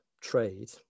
trade